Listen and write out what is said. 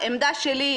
העמדה שלי,